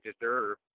deserve